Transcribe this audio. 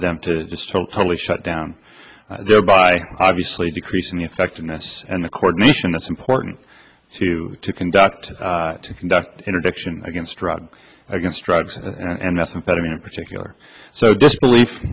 them to just totally shut down thereby obviously decreasing the effectiveness and the coordination that's important to conduct to conduct interdiction against drug against drugs and methamphetamine in particular so disbelief